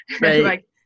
Right